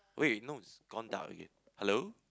wait no it's gone down again hello